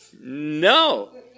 no